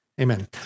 Amen